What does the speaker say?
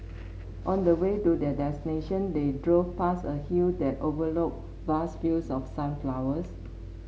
on the way to their destination they drove past a hill that overlooked vast fields of sunflowers